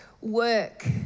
work